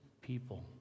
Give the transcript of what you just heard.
people